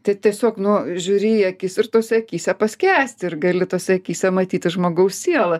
tai tiesiog nu žiūri į akis ir tose akyse paskęsti ir gali tose akyse matyti žmogaus sielą